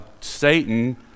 Satan